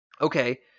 Okay